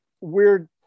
weird